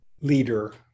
leader